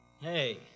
Hey